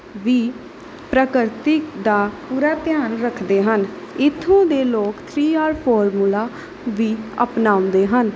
ਵੀ ਪ੍ਰਾਕਰਤਿਕ ਦਾ ਪੂਰਾ ਧਿਆਨ ਰੱਖਦੇ ਹਨ ਇੱਥੋਂ ਦੇ ਲੋਕ ਥ੍ਰੀ ਆਰ ਫਾਰਮੂਲਾ ਵੀ ਅਪਣਾਉਂਦੇ ਹਨ